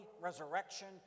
resurrection